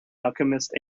alchemist